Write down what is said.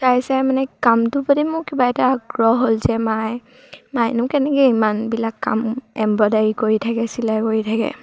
চাই চাই মানে কামটোৰ প্ৰতি মোৰ কিবা এটা আগ্ৰহ হ'ল যে মায়ে মায়েনো কেনেকৈ ইমানবিলাক কাম এম্ব্ৰইডাৰী কৰি থাকে চিলাই কৰি থাকে